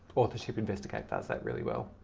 authorship investigate does that really well.